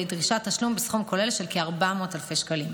דרישת תשלום בסכום כולל של כ-400,000 שקלים.